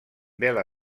vela